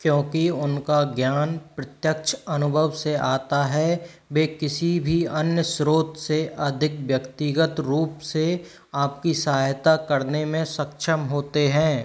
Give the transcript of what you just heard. क्योंकि उनका ज्ञान प्रत्यक्ष अनुभव से आता है वे किसी भी अन्य स्रोत से अधिक व्यक्तिगत रूप से आपकी सहायता करने में सक्षम होते हैं